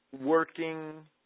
working